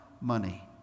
money